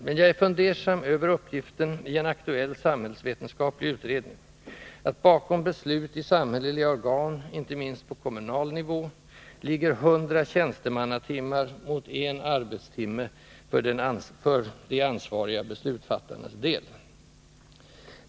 Men jag är fundersam över uppgiften i en aktuell samhällsvetenskaplig utredning att bakom beslut i samhälleliga organ, inte minst på kommunal nivå, ligger 100 tjänstemannatimmar mot en arbetstimme för de ansvariga beslutsfattarnas del.